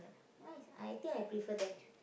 nice I think I prefer there